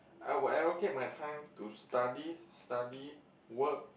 I will allocate my time to study study work